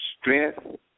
strength